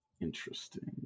interesting